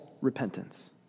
repentance